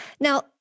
Now